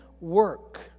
work